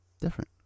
different